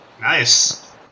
Nice